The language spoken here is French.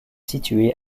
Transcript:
située